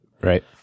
Right